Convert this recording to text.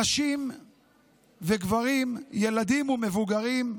נשים וגברים, ילדים ומבוגרים,